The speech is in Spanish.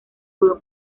pudo